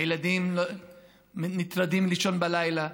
הילדים נטרדים מלישון בלילה.